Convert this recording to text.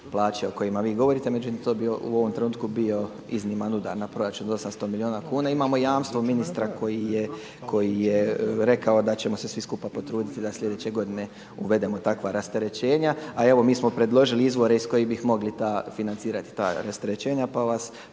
plaće o kojima vi govorite međutim to bi u ovom trenutku bio izniman udar na proračun od 800 milijuna kuna. I imamo jamstvo ministra koji je rekao da ćemo se svi skupa potruditi da sljedeće godine uvedemo takva rasterećenja. A evo mi smo predložili izvore iz kojih bi mogli financirati ta rasterećenja pa vas